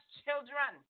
children